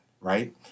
right